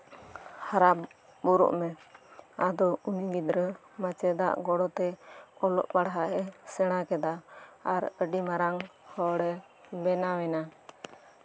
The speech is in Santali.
ᱦᱟᱨᱟ ᱵᱩᱨᱩᱜ ᱢᱮ ᱟᱫᱚ ᱩᱱᱤ ᱜᱤᱫᱽᱨᱟᱹ ᱢᱟᱪᱮᱫᱟᱜ ᱜᱚᱲᱚ ᱛᱮ ᱚᱞᱚᱜ ᱯᱟᱲᱦᱟᱜ ᱮ ᱥᱮᱬᱟ ᱠᱮᱫᱟ ᱟᱨ ᱟᱹᱰᱤ ᱢᱟᱨᱟᱝ ᱦᱚᱲᱮ ᱵᱮᱱᱟᱣ ᱮᱱᱟ